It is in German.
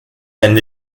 ein